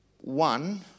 one